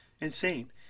Insane